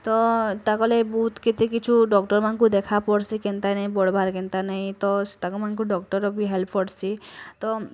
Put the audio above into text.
ତ ତାକଁର୍ ଲାଗି ବହୁତ୍ କେତେ କିଛୁ ଡକ୍ଟର୍ ମାନକୁଁ ଦେଖା ପଡ଼୍ସି କେନ୍ତା ନାଇଁ ବଢ଼୍ବାର୍ କେନ୍ତା ନାଇଁ ତ ତାକୁଁ ମାନକୁଁ ଡକ୍ଟର୍ର ବି ହେଲ୍ପ୍ ପଡ଼୍ସି ତ